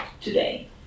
today